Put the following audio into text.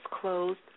closed